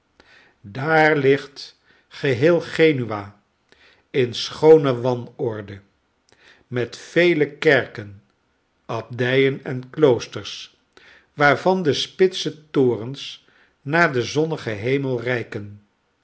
daar ligt geheel genua in schoone wanorde met vele kerken abdijenenkloosters waarvan de spitse torens naar den zonnigen hemel reiken